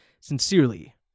Sincerely